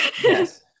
Yes